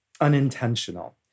unintentional